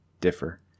differ